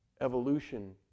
evolution